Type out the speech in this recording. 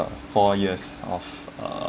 four years of uh